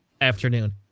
afternoon